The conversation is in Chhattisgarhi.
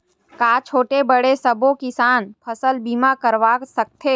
का छोटे बड़े सबो किसान फसल बीमा करवा सकथे?